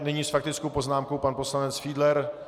Nyní s faktickou poznámkou pan poslanec Fiedler.